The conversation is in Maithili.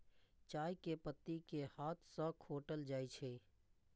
चाय के पत्ती कें हाथ सं खोंटल जाइ छै